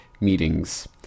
meetings